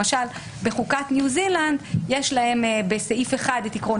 למשל בחוקת ניו זילנד יש להם בסעיף 1 את עיקרון